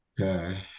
Okay